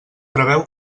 preveu